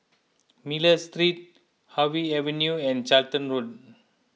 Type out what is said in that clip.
Miller Street Harvey Avenue and Charlton Road